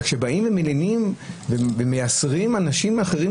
וכשבאים ומלינים ומייסרים אנשים אחרים,